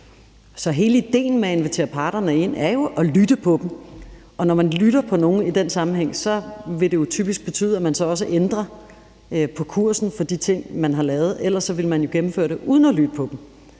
Så hele idéen med at invitere parterne ind er jo at lytte til dem, og når man lytter til nogen i den sammenhæng, vil det jo typisk betyde, at man også ændrer på kursen for de ting, man har lavet. Ellers ville man jo gennemføre dem uden at lytte til dem.